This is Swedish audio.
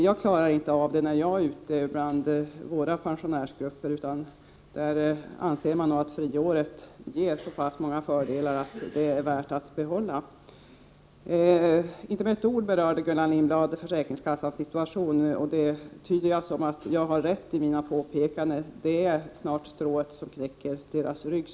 Jag klarar inte av det när jag besöker våra pensionärsgrupper; de anser att friåret ger så många fördelar att det är värt att behålla. Inte med ett ord berörde Gullan Lindblad försäkringskassornas situation. Det tolkar jag så att jag har rätt i mina påpekanden om att det vi nu lägger på dem riskerar att bli strået som knäcker deras ryggar.